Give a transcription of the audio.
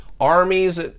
Armies